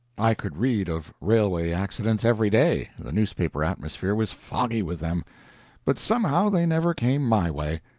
i could read of railway accidents every day the newspaper atmosphere was foggy with them but somehow they never came my way.